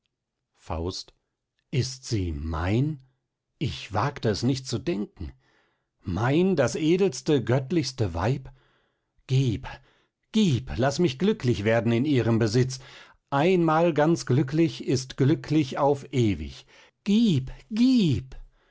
faust ist sie mein ich wagte es nicht zu denken mein das edelste göttlichste weib gieb laß mich glücklich werden in ihrem besitz einmal ganz glücklich ist glücklich auf ewig gieb gieb